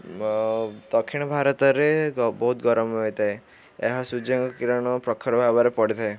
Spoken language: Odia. ଦକ୍ଷିଣ ଭାରତରେ ବହୁତ ଗରମ ହୋଇଥାଏ ଏହା ସୂର୍ଯ୍ୟଙ୍କ କିରଣ ପ୍ରଖର ଭାବରେ ପଡ଼ିଥାଏ